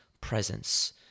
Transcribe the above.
presence